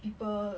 people